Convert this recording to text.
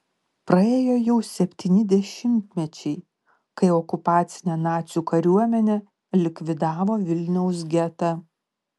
praėjo jau septyni dešimtmečiai kai okupacinė nacių kariuomenė likvidavo vilniaus getą